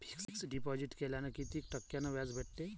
Fix deposit केल्यावर कितीक टक्क्यान व्याज भेटते?